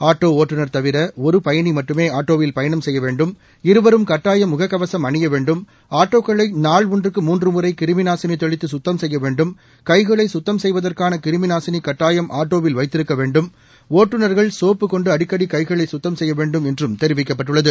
auto ஓட்டுநர் தவிர ஒரு பயணி மட்டுமே ஆட்டோவில் பயணம் செய்ய வேண்டும் இருவரும் கட்டாயம் முகக்கவசம் அணிய வேண்டும் ஆட்டோக்களை நாள் ஒன்றுக்கு மூன்று முறை கிருமி நாசினி தெளித்து கத்தம் செய்ய வேண்டும் கைகளை சுத்தம் செய்வதற்கான கிருமி நாசிளி கட்டாயம் ஆட்டோவில் வைத்திருக்க வேண்டும் ஒட்டுநர்கள் சோப்பு கொண்டு அடிக்கடி கைகளை சுத்தம் செய்ய வேண்டும் என்றும் தெரிவிக்கப்பட்டுள்ளது